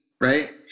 Right